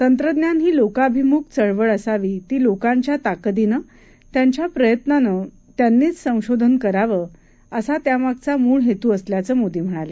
तंत्रज्ञान ही लोकभिमुख चळवळ असावी ती लोकांच्या ताकतीनं त्यांच्या प्रयत्नानं त्यांनीच संशोधन करावं असा त्यामागील मुळ हेतू असल्याचं मोदी म्हणाले